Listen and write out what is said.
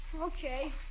Okay